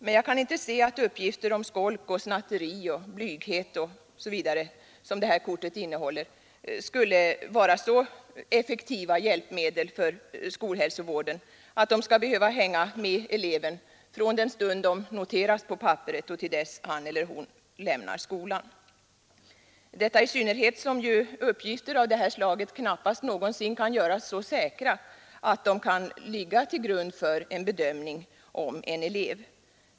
Men jag kan inte se att uppgifter om skolk, snatteri, blyghet osv., som detta kort innehåller, skulle vara så effektiva hjälpmedel för skolhälsovården att de skall behöva hänga med eleven från den stund de noteras på papperet och till dess att han eller hon lämnar skolan — i synnerhet som ju uppgifter av detta slag knappast någonsin kan göras så säkra att de kan ligga till grund för bedömning av eleven.